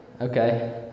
Okay